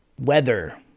weather